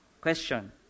Question